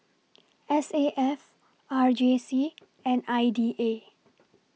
S A F R J C and I D A